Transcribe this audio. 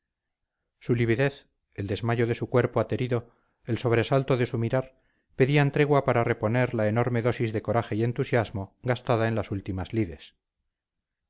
su lividez el desmayo de su cuerpo aterido el sobresalto de su mirar pedían tregua para reponer la enorme dosis de coraje y entusiasmo gastada en las últimas lides